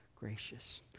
gracious